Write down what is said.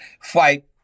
fight